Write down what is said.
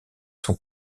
sont